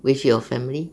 with your family